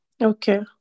Okay